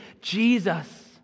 Jesus